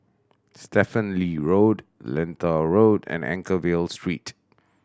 Stephen Lee Road Lentor Road and Anchorvale Street